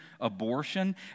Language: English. abortion